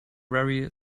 very